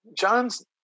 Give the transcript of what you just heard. John's